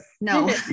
no